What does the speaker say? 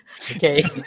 okay